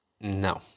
no